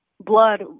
Blood